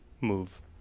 move